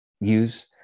use